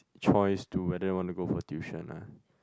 choice to whether want to go for tuition lah